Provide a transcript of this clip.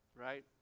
right